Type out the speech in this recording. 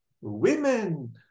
women